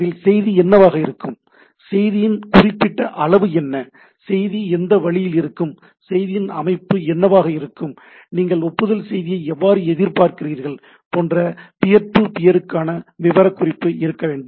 அதில் செய்தி என்னவாக இருக்கும் செய்தியின் குறிப்பிட்ட அளவு என்ன செய்தி எந்த வழியில் இருக்கும் செய்தியின் அமைப்பு என்னவாக இருக்கும் நீங்கள் ஒப்புதல் செய்தியை எவ்வாறு எதிர்பார்க்கிறீர்கள் போன்ற பியர் டு பியருக்கான விவரக் குறிப்பு இருக்க வேண்டும்